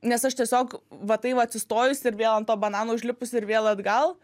nes aš tiesiog va taip va atsistojus ir vėl ant to banano užlipus ir vėl atgal